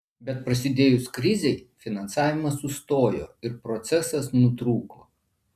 bet prasidėjus krizei finansavimas sustojo ir procesas nutrūko